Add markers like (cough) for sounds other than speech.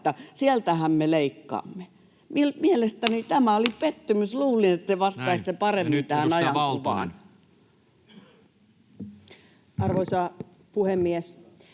että sieltähän me leikkaamme. (noise) Mielestäni tämä oli pettymys. Luulin, että te vastaisitte paremmin tähän ajankuvaan. [Speech